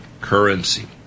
currency